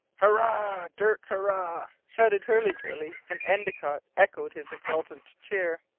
hurrah, dirk, hurrah! shouted hurliguerly, and endicott echoed his exultant cheer.